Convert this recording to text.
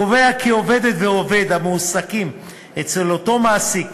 קובע כי עובדת ועובד המועסקים אצל אותו מעסיק